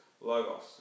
Logos